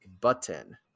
button